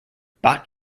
bat